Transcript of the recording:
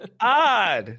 Odd